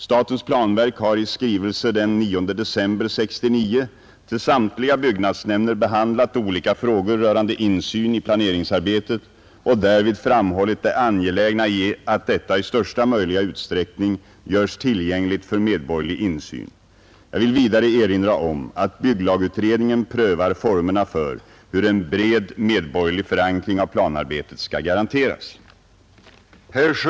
Statens planverk har i skrivelse den 9 december 1969 till samtliga byggnadsnämnder behandlat olika frågor rörande insyn i planeringsarbetet och därvid framhållit det angelägna i att detta i största möjliga utsträckning görs tillgängligt för medborgerlig insyn. Jag vill vidare erinra om att bygglagutredningen prövar formerna för hur en bred medborgerlig förankring av planarbetet skall garanteras.